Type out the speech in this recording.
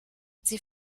sie